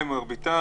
למרביתם,